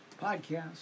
podcast